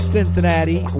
Cincinnati